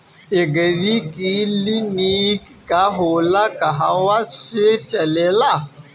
एगरी clinic का होला कहवा से चलेँला?